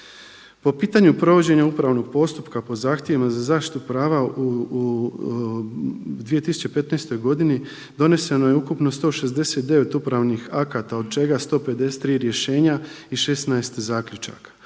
Po pitanju provođenja upravnog postupka po zahtjevima za zaštitu prava u 2015. godini doneseno je ukupno 169 upravnih akata od čega 153 rješenja i 16 zaključaka.